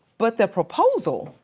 but the proposal.